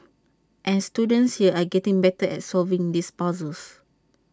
and students here are getting better at solving these puzzles